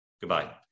Goodbye